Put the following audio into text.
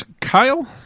Kyle